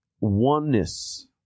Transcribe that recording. oneness